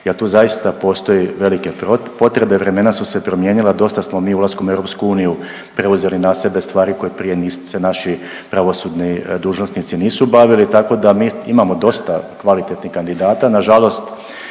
jer tu zaista postoje velike potrebe. Vremena su se promijenila, dosta smo mi ulaskom u EU preuzeli na sebe koje prije naši pravosudni dužnosnici nisu bavili tako da mi imamo dosta kvalitetnih kandidata.